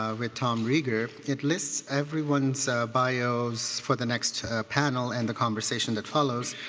ah with tom rieger, it lists everyone's bios for the next panel and the conversation that follows.